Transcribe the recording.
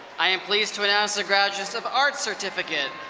i am pleased to announce the graduates of arts certificate.